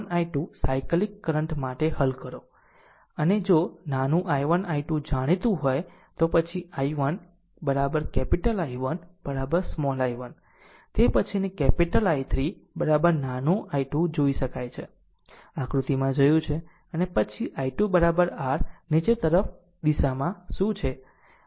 આમ I1 I2 cyclic current માટે હલ કરો અને જો નાનું I1 I2 જાણીતું હોય તો પછી I1 capital I1 small I1 તે પછીની કેપીટલ I3 નાનું I2 જોઇ શકાય છે આકૃતિમાં જોયું છે અને પછી I2 r નીચે તરફ દિશામાં શું છે